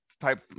type